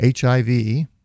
HIV